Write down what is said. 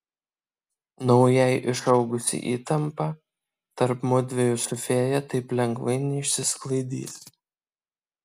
naujai išaugusi įtampa tarp mudviejų su fėja taip lengvai neišsisklaidys